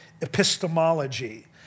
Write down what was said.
epistemology